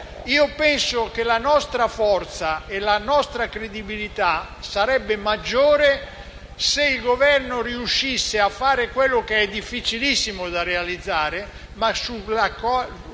penso che la nostra forza e la nostra credibilità sarebbero maggiori se il Governo riuscisse a fare quello che è difficilissimo da realizzare (e su cui